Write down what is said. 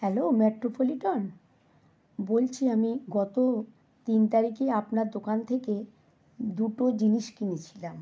hello Metropolitan বলছি আমি গত তিন তারিকে আপনার দোকান থেকে দুটো জিনিস কিনেছিলাম